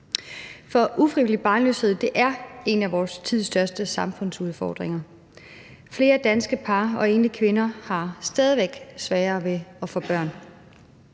For ufrivillig barnløshed er en af vores tids største samfundsudfordringer. Flere danske par og enlige kvinder har stadig sværere ved at få børn.